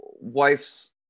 wife's